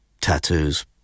tattoos